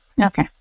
Okay